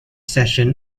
session